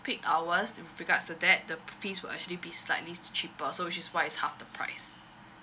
hours with regards to that the fees will actually be slightly cheaper so which is why half the price